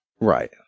right